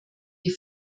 die